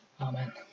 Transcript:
Amen